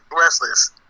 restless